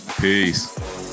peace